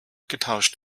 getauscht